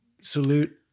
salute